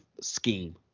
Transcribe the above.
scheme